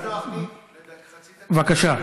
בבקשה.